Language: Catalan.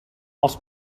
els